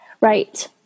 Right